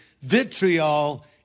vitriol